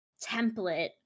template